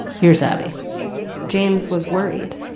here's abby james was worried.